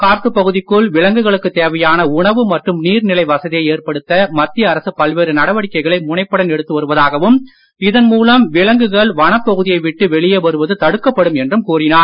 காட்டுப் பகுதிக்குள் விலங்குகளுக்குத் தேவையான உணவு மற்றும் நீர்நிலை வசதியை ஏற்படுத்த மத்திய அரசு பல்வேறு நடவடிக்கைகளை முனைப்புடன் எடுத்து வருவதாகவும் இதன் மூலம் விலங்குகள் வனப்பகுதியை விட்டு வெளியே வருவது தடுக்கப்படும் என்றும் கூறினார்